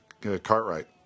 Cartwright